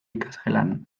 ikasgelan